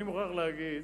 אני מוכרח להגיד